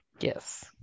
yes